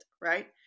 right